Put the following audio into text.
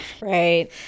Right